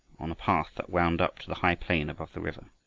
on a path that wound up to the high plain above the river.